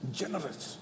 generous